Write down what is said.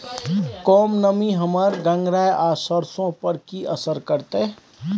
कम नमी हमर गंगराय आ सरसो पर की असर करतै?